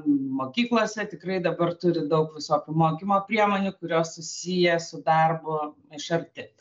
mokyklose tikrai dabar turi daug visokių mokymo priemonių kurios susiję su darbu iš arti